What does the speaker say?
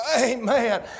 amen